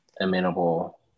amenable